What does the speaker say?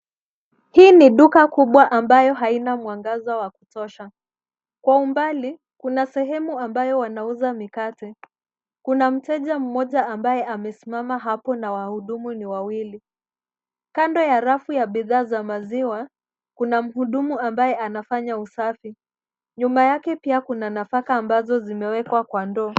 Hii nikubwa duka ambayo halina mwangaza wa kutosha. Kwa umbali, kuna sehemu ambayo wanauza mikate. Kuna mteja mmoja ambaye amesimama hapo na wahudumu ni wawili. Kando ya rafu ya bidhaa za maziwa, kuna mhudumu ambaye anafanya usafi. Nyuma yake pia kuna nafaka ambazo zimewekwa kwa ndoo.